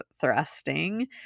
thrusting